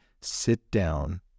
sit-down